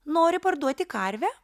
nori parduoti karvę